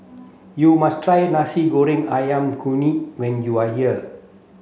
you must try Nasi Goreng Ayam Kunyit when you are here